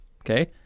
okay